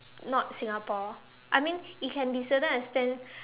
not Singapore I mean it can be certain extent